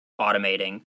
automating